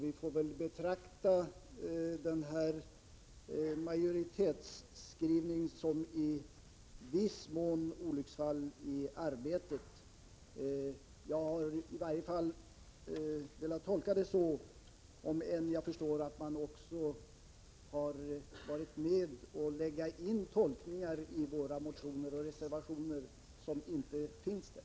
Vi får väl betrakta denna majoritetsskrivning som i viss mån ett olycksfall i arbetet. Jag har i varje fall velat tolka det så, även om jag förstår att man också lagt in tolkningar i våra motioner och reservationer som inte varit avsedda.